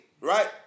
right